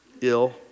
ill